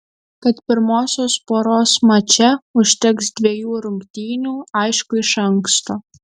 kad pirmosios poros mače užteks dvejų rungtynių aišku iš anksto